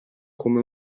come